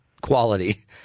quality